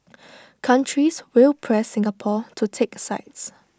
countries will press Singapore to take sides